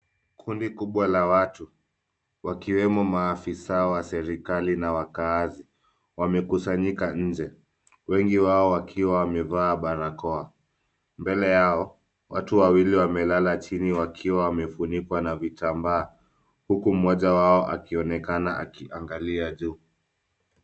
Kundi kubwa la watu wakiwemo maafisa wa serikali na wakaazi wamekusanyika nje, wengi wao wakiwa wamevaa barakoa. Mbele yao watu wawili wamelala chini wakiwa wamefunikwa na vitambaa uku mmoja wao akionekana akiangalia juu.